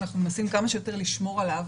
אנחנו מנסים כמה שיותר לשמור עליו,